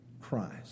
Christ